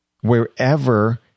wherever